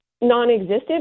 non-existent